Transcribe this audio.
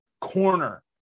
corner